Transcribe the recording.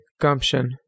gumption